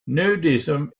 nudism